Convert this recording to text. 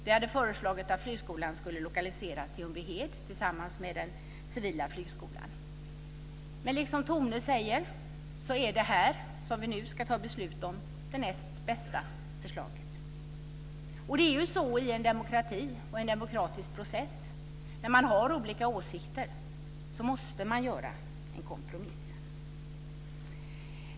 Vi hade föreslagit att flygskolan skulle lokaliseras till Som Tone Tingsgård säger är det som vi nu ska fatta beslut om det näst bästa förslaget. I en demokratisk process, där man har olika åsikter, måste man göra en kompromiss.